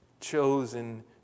chosen